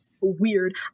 weird